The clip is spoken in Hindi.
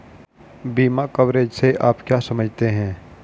बीमा कवरेज से आप क्या समझते हैं?